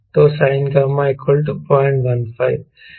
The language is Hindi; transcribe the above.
तो sinγ 015